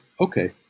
okay